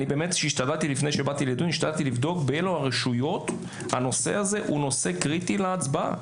באמת השתדלתי לבדוק באילו רשויות הנושא הזה הוא נושא קריטי להצבעה.